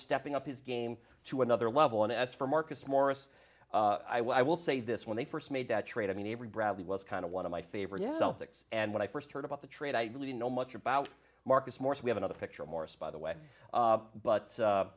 stepping up his game to another level and as for marcus morris i will say this when they first made that trade i mean every bradley was kind of one of my favorite out six and when i first heard about the trade i really didn't know much about marcus morris we have another picture morris by the way but